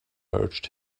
urged